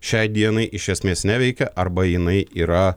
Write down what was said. šiai dienai iš esmės neveikia arba jinai yra